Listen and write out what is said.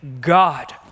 God